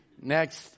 Next